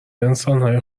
انسانهای